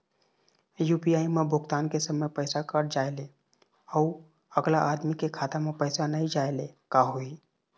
UPI म भुगतान के समय पैसा कट जाय ले, अउ अगला आदमी के खाता म पैसा नई जाय ले का होही?